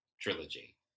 trilogy